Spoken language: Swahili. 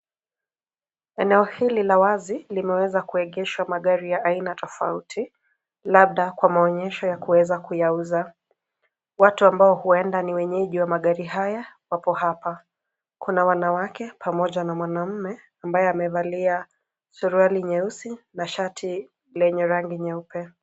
Eneo hili la wazi limeweza kuegeshwa magari ya aina tofauti, labda kwa maonyesho ya kuweza kuyauza, watu ambao huenda ni wenyeji wa magari haya, wako hapa, kuna wanawake pamoja na mwanaume, ambaye amevalia suruali nyeusi na shati lenye rangi nyeupe.